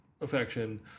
affection